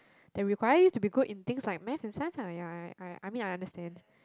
that require you to be good in things like math and science ah ya I I I mean I understand